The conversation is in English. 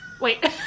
Wait